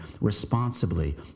responsibly